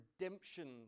redemption